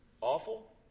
awful